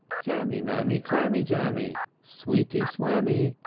jammy, mammy, clammy, jammy, sweety, swammy,